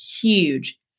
huge